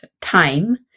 time